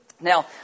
Now